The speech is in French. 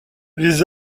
les